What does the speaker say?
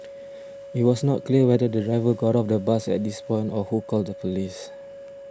it was not clear whether the driver got off the bus at this point or who called the police